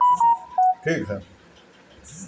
केहू भी वैकल्पिक निवेश में निवेश कर सकेला